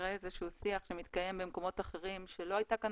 איזשהו שיח שמתקיים במקומות אחרים שלא הייתה כאן